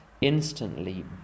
instantly